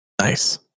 Nice